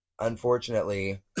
unfortunately